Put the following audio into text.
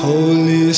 Holy